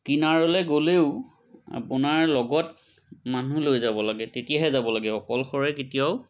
কিনাৰলৈ গ'লেও আপোনাৰ লগত মানুহ লৈ যাব লাগে তেতিয়াহে যাব লাগে অকলশৰে কেতিয়াও